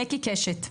בקי קשת.